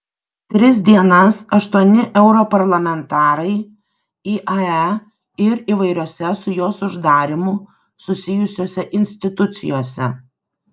tris dienas aštuoni europarlamentarai iae ir įvairiose su jos uždarymu susijusiose institucijose